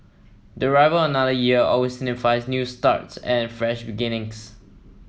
the arrival of another year always signifies new starts and fresh beginnings